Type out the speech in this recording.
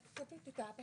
זה יופיע בסעיפים אחר כך.